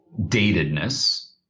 datedness